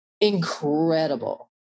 incredible